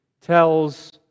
tells